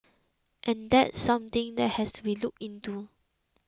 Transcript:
and that's something that has to be looked into